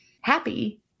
happy